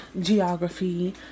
geography